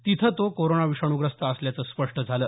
तिथं तो कोरोना विषाणूग्रस्त असल्याचं स्पष्ट झालं